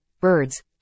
birds